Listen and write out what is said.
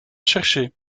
chercher